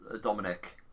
Dominic